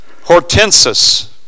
hortensis